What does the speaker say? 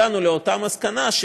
הגענו לאותה מסקנה,